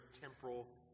temporal